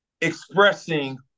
expressing